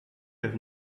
have